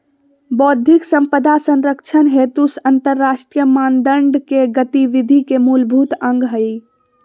बौद्धिक संपदा संरक्षण हेतु अंतरराष्ट्रीय मानदंड के गतिविधि के मूलभूत अंग हइ